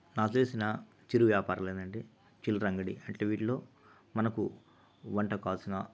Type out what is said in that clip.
నాకు తెలిసిన చిరు వ్యాపారాలు ఏందంటే చిల్లర అంగడి అంటే వీటిలో మనకు వంటకు కావలసిన